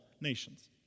nations